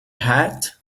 hat